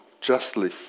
justly